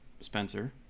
Spencer